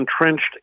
entrenched